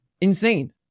Insane